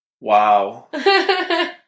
Wow